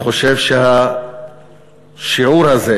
אני חושב שהשיעור הזה